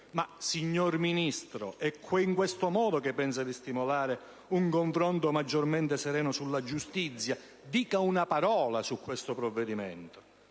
Ma, signor Ministro, è in questo modo che pensa di stimolare un confronto maggiormente sereno sulla giustizia? Dica una parola su questo provvedimento!